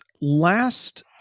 last